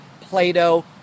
Plato